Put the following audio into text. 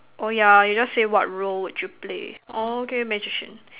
orh ya you just say what role would you play orh okay magician